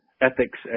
ethics